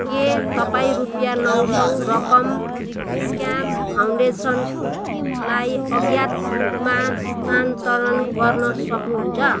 के तपाईँ रुपियाँ नौ सय रकम स्क्याम फाउन्डेसनलाई अज्ञात रूपमा स्थानान्तरण गर्न सक्नुहुन्छ